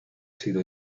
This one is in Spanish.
sido